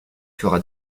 fera